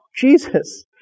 Jesus